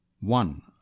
one